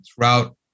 throughout